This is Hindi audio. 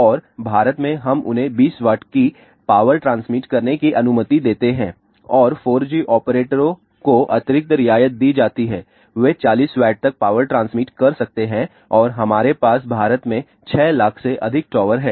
और भारत में हम उन्हें 20 W की पावर ट्रांसमिट करने की अनुमति देते हैं और 4G ऑपरेटरों को अतिरिक्त रियायत दी जाती है वे 40 W तक पावर ट्रांसमिट कर सकते हैं और हमारे पास भारत में 6 लाख से अधिक टावर हैं